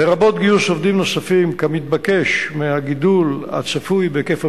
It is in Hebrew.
לרבות גיוס עובדים נוספים כמתבקש מהגידול הצפוי בהיקף הפעילות,